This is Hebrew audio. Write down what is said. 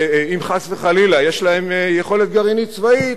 אם חס וחלילה יש להם יכולת גרעינית צבאית,